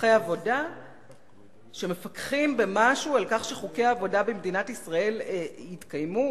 פקחי עבודה שמפקחים במשהו על כך שחוקי העבודה במדינת ישראל יתקיימו,